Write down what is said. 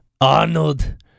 Arnold